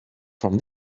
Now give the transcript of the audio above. from